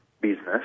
business